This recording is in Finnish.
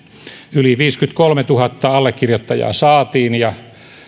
yli viisikymmentäkolmetuhatta allekirjoittajaa saatiin ja